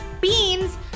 Beans